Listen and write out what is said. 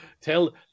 Tell